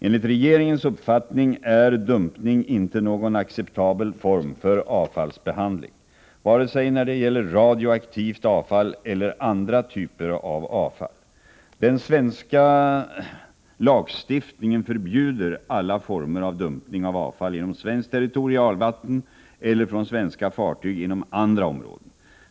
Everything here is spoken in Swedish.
Enligt regeringens uppfattning är dumpning inte någon acceptabel form för avfallsbehandling, varken när det gäller radioaktivt avfall eller andra typer av avfall. Den svenska lagstiftningen förbjuder alla former av dumpning av avfall inom svenskt territorialvatten eller från svenska fartyg inom andra områden.